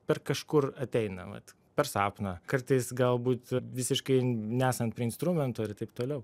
per kažkur ateina vat per sapną kartais galbūt visiškai nesant prie instrumento ir taip toliau